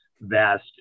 vast